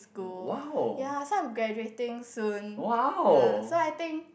school ya so I'm graduating soon ya so I think